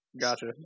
Gotcha